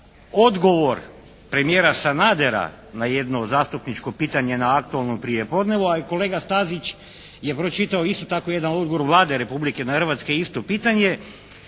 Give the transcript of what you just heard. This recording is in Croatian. odgovor premijera Sanadera na jedno zastupničko pitanje na aktualnom prijepodnevu, a i kolega Stazić je pročitao isto tako jedan odgovor Vlade Republike Hrvatske na isto pitanje